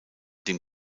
dem